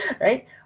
right